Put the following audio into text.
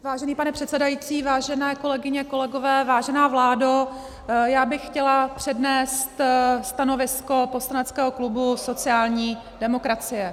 Vážený pane předsedající, vážené kolegyně, kolegové, vážená vládo, já bych chtěla přednést stanovisko poslaneckého klubu sociální demokracie.